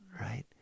right